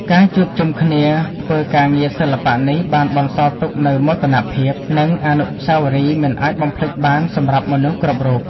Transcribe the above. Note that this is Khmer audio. ការជួបជុំគ្នាធ្វើការងារសិល្បៈនេះ បានបន្សល់ទុកនូវមោទនភាព និងអនុស្សាវរីយ៍មិនអាចបំភ្លេចបានសម្រាប់មនុស្សគ្រប់រូប។